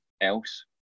else